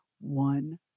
one